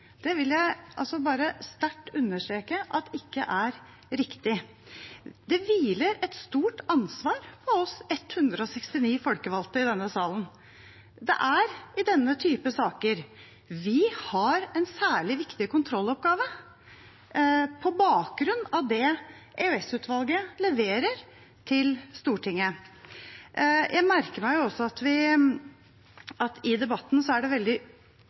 Det vil jeg sterkt understreke at ikke er riktig. Det hviler et stort ansvar på oss 169 folkevalgte i salen. Det er i denne type saker vi har en særlig viktig kontrolloppgave på bakgrunn av det EOS-utvalget leverer til Stortinget. Jeg merker meg også at i debatten er det veldig